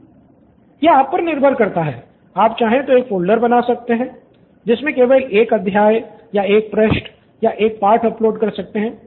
student 1 यह आपके ऊपर निर्भर है आप चाहे तो एक फ़ोल्डर बना सकते हैं जिसमें केवल एक अध्याय या एक पृष्ठ या एक है पाठ अपलोड कर सकते हैं